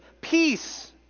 peace